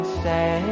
say